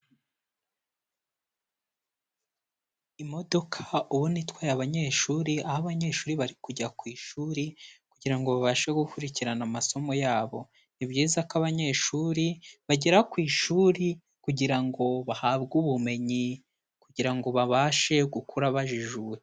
Imodoka ubona itwaye abanyeshuri aho abanyeshuri bari kujya ku ishuri kugira ngo babashe gukurikirana amasomo yabo, ni byiza ko abanyeshuri bagera ku ishuri kugira ngo bahabwe ubumenyi kugira ngo babashe gukura bajijutse.